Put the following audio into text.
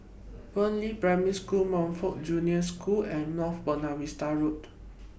Fernvale Primary School Montfort Junior School and North Buona Vista Road